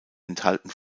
enthalten